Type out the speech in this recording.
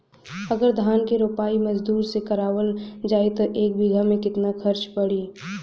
अगर धान क रोपाई मजदूर से करावल जाई त एक बिघा में कितना खर्च पड़ी?